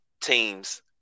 teams